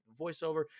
voiceover